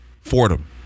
Fordham